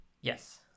Yes